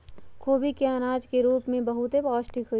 खोबि के अनाज के रूप में बहुते पौष्टिक होइ छइ